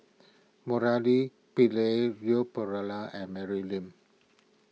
Murali Pillai Leon Perera and Mary Lim